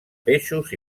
peixos